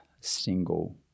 single